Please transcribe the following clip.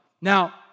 now